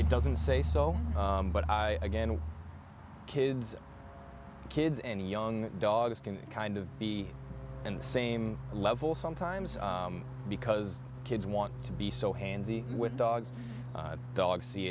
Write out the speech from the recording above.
he doesn't say so but again kids kids and young dogs can kind of be in the same level sometimes because kids want to be so handy with dogs dogs see